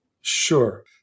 Sure